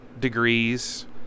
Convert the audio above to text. degrees